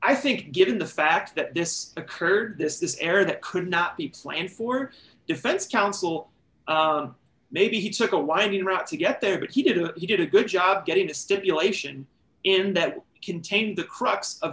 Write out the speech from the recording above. i think given the fact that this occurred this this area that could not be planned for defense counsel maybe he took a winding route to get there but he did and he did a good job getting a stipulation in that contained the crux of